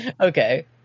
Okay